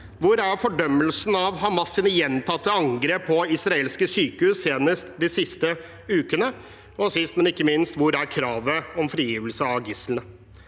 Hvor er fordømmelsen av Hamas’ gjentatte angrep på israelske sykehus, senest de siste ukene? Og sist, men ikke minst: Hvor er kravet om frigivelse av gislene?